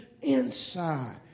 inside